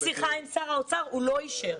הוא לא אישר.